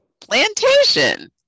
plantation